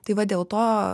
tai va dėl to